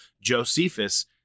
Josephus